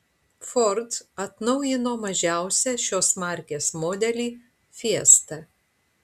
ford atnaujino mažiausią šios markės modelį fiesta